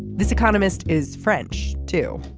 this economist is french too.